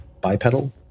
bipedal